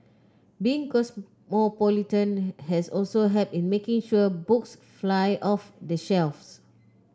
being cosmopolitan has also helped in making sure books fly off the shelves